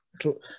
True